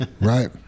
Right